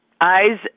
eyes